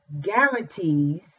guarantees